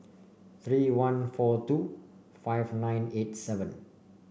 three one four two five nine eight seven